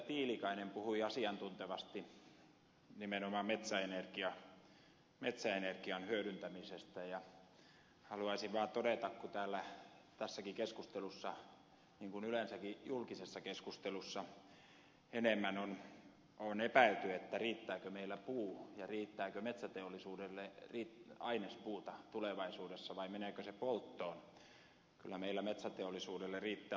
tiilikainen puhui asiantuntevasti nimenomaan metsäenergian hyödyntämisestä ja haluaisin vaan todeta kun täällä tässäkin keskustelussa niin kuin yleensäkin julkisessa keskustelussa enemmän on epäilty riittääkö meillä puu ja riittääkö metsäteollisuudelle ainespuuta tulevaisuudessa vai meneekö se polttoon että kyllä meillä metsäteollisuudelle riittää ainespuuta